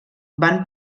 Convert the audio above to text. van